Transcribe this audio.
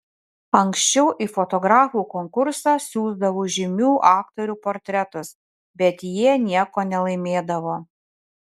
anksčiau į fotografų konkursą siųsdavau žymių aktorių portretus bet jie nieko nelaimėdavo